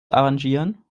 arrangieren